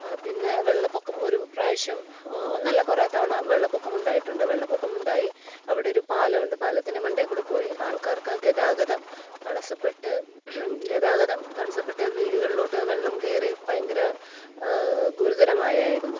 ആ പിന്നെ വെള്ളപ്പൊക്കം ഒരു പ്രാവശ്യം ആ ഒന്നല്ല കുറേ തവണ വെള്ളപ്പൊക്കം ഉണ്ടായിട്ടുണ്ട് വെള്ളപ്പൊക്കം ഉണ്ടായി അവിടെ ഒരു പാലം ഉണ്ട് പാലത്തിൻ്റെ മണ്ടേ കൂടെ പോയി ആൾക്കാർക്ക് ഗതാഗതം തടസ്സപ്പെട്ട് ഗതാഗതം തടസ്സപ്പെട്ട് വീടുകളിലോട്ട് വെള്ളം കയറി ഭയങ്കര ഗുരുതരമായായിരുന്നു